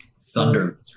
Thunder